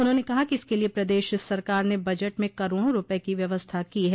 उन्होंने कहा कि इसके लिये प्रदेश सरकार ने बजट में करोड़ों रूपये की व्यवस्था की है